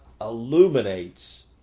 illuminates